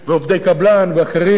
ועובדי קבלן ואחרים,